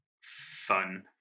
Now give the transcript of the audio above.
fun